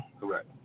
correct